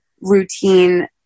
routine